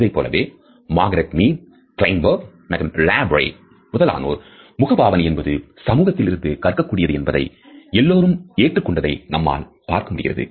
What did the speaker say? இதைப்போலவே Margret Mead Kleinberg மற்றும் Labarre முதலானோர் முக பாவனை என்பது சமூகத்திலிருந்து கற்க கூடியதுஎன்பதை எல்லோரும் ஏற்றுக் கொண்டதை நம்மால் பார்க்க முடிகிறது